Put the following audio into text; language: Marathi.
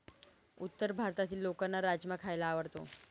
उत्तर भारतातील लोकांना राजमा खायला आवडतो